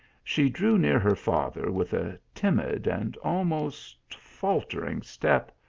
she drew near her father with a timid and almost faltering step,